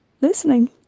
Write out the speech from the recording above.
listening